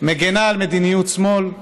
מגינה על מדיניות שמאל.